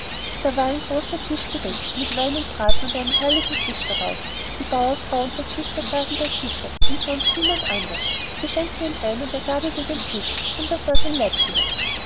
da war ein großer tisch gedeckt mit wein und braten und einem herrlichen fisch darauf die bauerfrau und der küster saßen bei tische und sonst niemand anders sie schenkte ihm ein und er gabelte in den fisch denn das war sein leibgericht